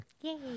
Yay